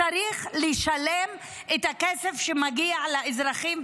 צריך לשלם את הכסף שמגיע לאזרחים,